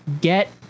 get